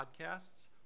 Podcasts